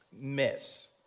miss